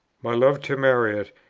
my love to marriott,